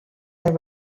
are